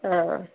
ಹಾಂ